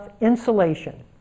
insulation